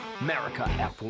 America